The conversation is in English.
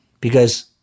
because-